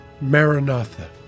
Maranatha